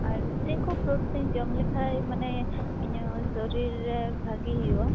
ᱟᱨ ᱪᱮᱫ ᱠᱚ ᱯᱩᱴᱥᱤᱧ ᱡᱚᱢ ᱞᱮᱠᱷᱟᱡ ᱢᱟᱱᱮ ᱤᱧᱟ ᱜ ᱥᱚᱨᱤᱨ ᱨᱮ ᱵᱷᱟ ᱜᱮ ᱦᱩᱭᱩᱜᱼᱟ